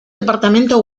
departamento